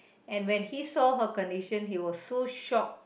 and when he saw her condition he was so shocked